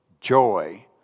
joy